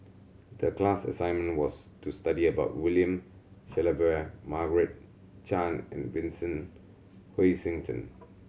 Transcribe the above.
the class assignment was to study about William Shellabear Margaret Chan and Vincent Hoisington